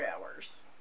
hours